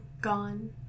gone